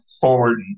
forward